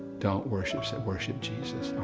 don't worship satan, worship jesus,